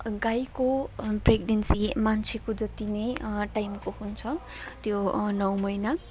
गाईको प्रेग्नेन्सी मान्छेको जति नै टाइमको हुन्छ त्यो नौ महिना